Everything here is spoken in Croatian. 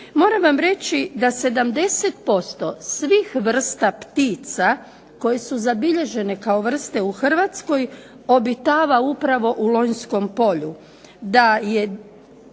Moram vam reći da 70% svih vrsta ptica koje su zabilježene kao vrste u Hrvatskoj obitava upravo u Lonjskom polju.